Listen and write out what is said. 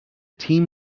team